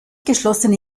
geschlossene